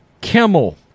Kimmel